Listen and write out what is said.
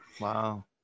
Wow